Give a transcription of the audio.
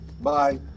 Bye